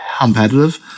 competitive